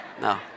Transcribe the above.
No